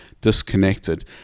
disconnected